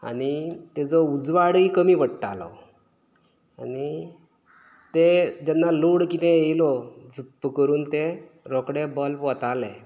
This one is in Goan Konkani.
आनी तेजो उजवाडय कमी पडटालो आनी तें जेन्ना लोड कितेंय येयलो झप्प करून तें रोखडे बल्ब वताले